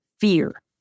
fear